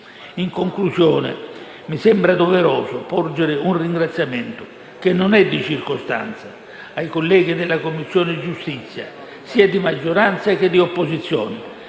In conclusione, mi sembra doveroso porgere un ringraziamento, che non è di circostanza, ai colleghi della Commissione giustizia, sia di maggioranza che di opposizione,